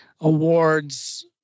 awards